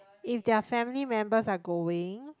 if they're family members are going